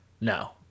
No